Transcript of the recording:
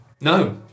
No